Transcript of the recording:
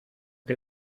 que